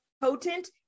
potent